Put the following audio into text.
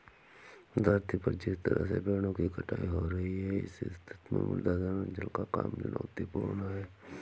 धरती पर जिस तरह से पेड़ों की कटाई हो रही है इस स्थिति में मृदा संरक्षण का काम चुनौतीपूर्ण है